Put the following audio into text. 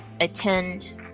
attend